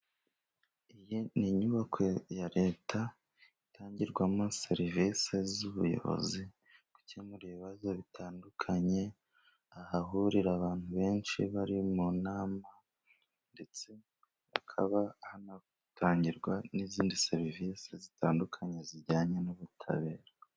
Iyi ni inyubako ya Leta itangirwamo serivisi z'ubuyobozi, gukemura ibibazo bitandukanye, ahahurira abantu benshi bari mu nama, ndetse hakaba hanatangirwa n'izindi serivisi zitandukanye, zijyanye n'ubutabera.